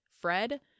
Fred